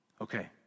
Okay